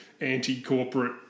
anti-corporate